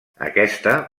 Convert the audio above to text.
aquesta